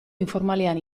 informalean